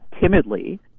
timidly